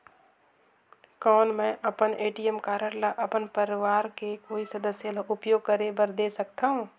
कौन मैं अपन ए.टी.एम कारड ल अपन परवार के कोई सदस्य ल उपयोग करे बर दे सकथव?